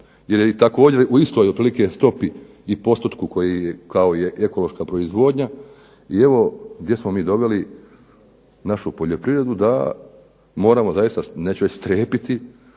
je i također u istoj otprilike stopi i postotku koji kao i ekološka proizvodnja. i evo gdje smo mi doveli našu poljoprivredu da moramo zaista, neću reći strepiti,